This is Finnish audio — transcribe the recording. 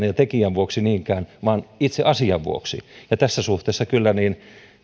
ja tekijän vuoksi niinkään vaan itse asian vuoksi ja tässä suhteessa kyllä